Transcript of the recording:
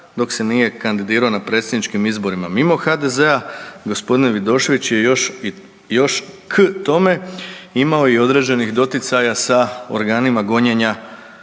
dok se nije kandidirao na predsjedničkim izborima mimo HDZ-a, gospodin Vidošević je još k tome imao i određenih doticaja sa organima gonjenja